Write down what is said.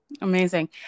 Amazing